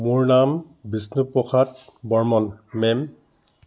মোৰ নাম বিষ্ণু প্ৰসাদ বৰ্মন মেম